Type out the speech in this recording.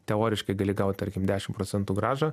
teoriškai gali gaut tarkim dešim procentų grąžą